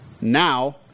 Now